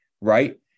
right